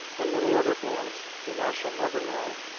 and many other boys whom i shall never know,